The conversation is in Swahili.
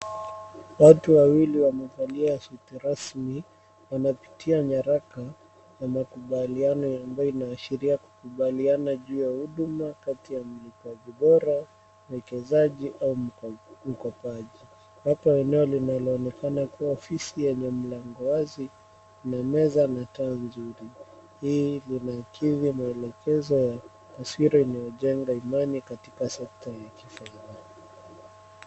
Watu wawili wamevalia suti rasmi wanapitia nyaraka ya makubaliano ambayo inayoashiria kukubaliana juu ya huduma kati ya mlipaji bora, mwekezaji au mkopaji, waraka wenyewe linaloonekana kuwa fisi yenye mlango wazi na meza yenye taa nzuri. Hili lina kiri maelekezo na taswira inayojenga imani katika sekta ya kifahari.